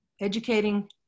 educating